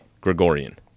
Gregorian